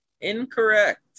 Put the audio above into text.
Incorrect